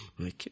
Okay